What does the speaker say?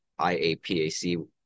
IAPAC